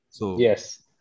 Yes